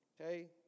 Okay